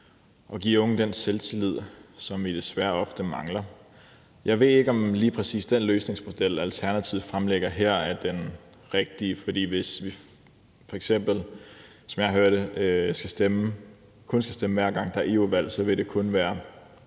og give unge den selvtillid, som de desværre ofte mangler. Jeg ved ikke, om lige præcis den løsningsmodel, Alternativet fremlægger her, er den rigtige, for hvis vi f.eks., som jeg hører det, kun skal stemme, hver gang der er EU-valg, vil det kun være